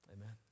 Amen